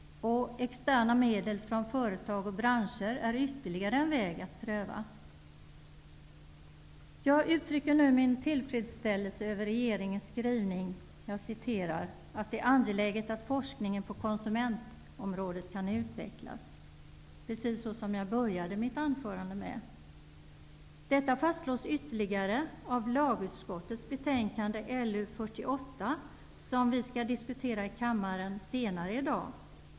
Externa medel från företag och branscher är ytterligare en väg att pröva. Jag uttrycker nu min tillfredsställelse över regeringens skrivning ''att det är angeläget att forskningen på konsumentområdet kan utvecklas'', som jag började mitt anförande med. Detta fastslås ytterligare i lagutskottets betänkande LU48 som vi skall diskutera i kammaren senare i dag.